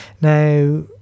Now